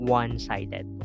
one-sided